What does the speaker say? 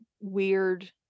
weird